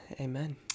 Amen